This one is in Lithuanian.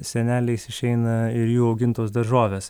seneliais išeina ir jų augintos daržovės